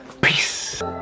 Peace